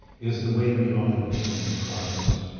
is the way we often implement projects.